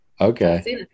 okay